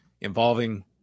involving